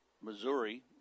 Missouri